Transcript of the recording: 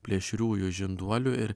plėšriųjų žinduolių ir